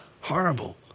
Horrible